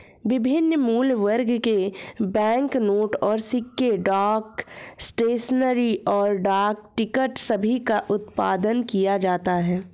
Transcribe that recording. विभिन्न मूल्यवर्ग के बैंकनोट और सिक्के, डाक स्टेशनरी, और डाक टिकट सभी का उत्पादन किया जाता है